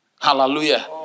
Hallelujah